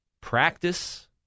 practice